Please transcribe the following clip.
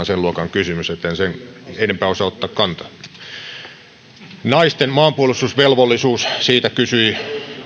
sen luokan kysymys että en sen enempää osaa ottaa kantaa naisten maanpuolustusvelvollisuudesta kysyi